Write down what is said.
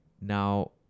Now